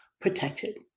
protected